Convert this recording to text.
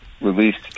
released